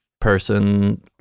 person